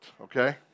okay